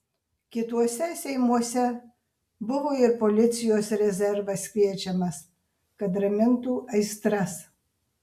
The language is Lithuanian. kituose seimuose buvo ir policijos rezervas kviečiamas kad ramintų aistras